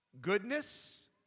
Goodness